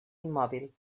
immòbil